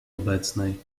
obecnej